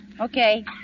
Okay